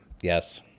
Yes